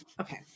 Okay